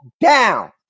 down